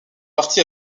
parti